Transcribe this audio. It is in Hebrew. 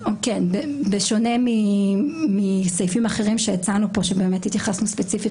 בשונה מסעיפים אחרים שהצענו כאן כאשר התייחסנו ספציפית